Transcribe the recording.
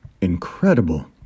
Incredible